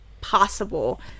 possible